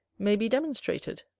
may be demonstrated.